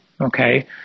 Okay